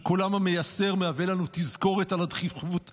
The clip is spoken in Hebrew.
כשקולם המייסר מהווה לנו תזכורת על הדחיפות לפעול.